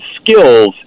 skills